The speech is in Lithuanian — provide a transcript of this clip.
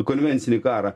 konvencinį karą